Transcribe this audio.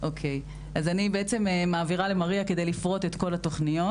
אני בעצם מעבירה למריה כדי לפרוט את כל התוכניות.